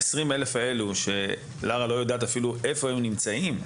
ה-20 אלף האלה שלארה לא יודעת אפילו איפה הם נמצאים,